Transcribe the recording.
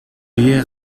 биеэ